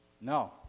No